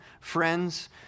friends